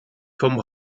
vom